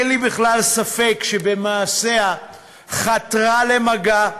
אין לי בכלל ספק שבמעשיה חתרה למגע,